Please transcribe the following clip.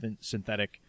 synthetic